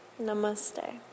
Namaste